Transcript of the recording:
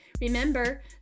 Remember